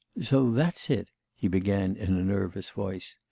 so that's it he began in a nervous voice.